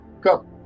come